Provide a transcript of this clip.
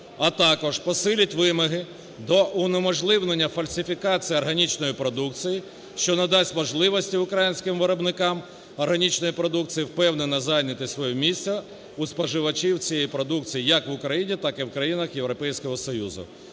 а також посилять вимоги до унеможливлення сертифікації органічної продукції, що надасть можливості українським виробникам органічної продукції впевнено зайняти своє місце у споживачів цієї продукції як в Україні, так і в країнах Європейського Союзу.